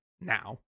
now